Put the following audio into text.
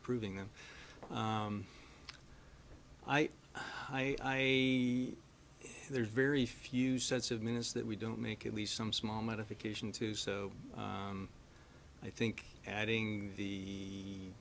approving them i i there's very few sets of minutes that we don't make at least some small modification to so i think adding the